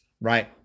right